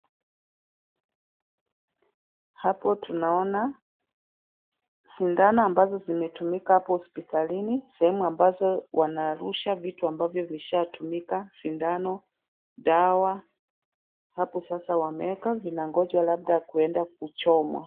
Hapo tunaona, sindano ambazo zimetumika hapo hospitalini, sehemu ambazo wanarusha vitu ambavyo vishatumika, sindano , dawa , hapo sasa wameeka vinangoja labda kwenda kuchomwa.